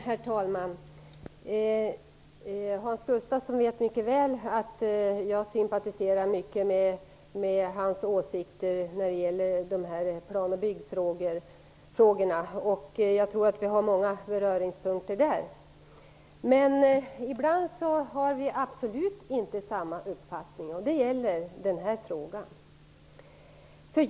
Herr talman! Hans Gustafsson vet mycket väl att jag sympatiserar med hans åsikter när det gäller plan och byggfrågorna. Jag tror att vi har många beröringspunkter där. Men ibland har vi absolut inte samma uppfattning. Det gäller den här frågan.